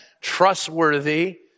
trustworthy